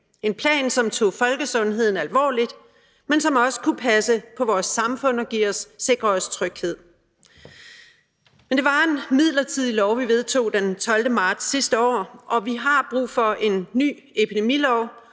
en plan, som tog folkesundheden alvorligt, men som også kunne passe på vores samfund og sikre os tryghed. Men det var en midlertidig lov, vi vedtog den 12. marts sidste år, og vi har brug for en ny epidemilov.